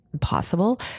possible